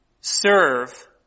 serve